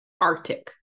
Arctic